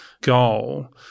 goal